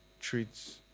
treats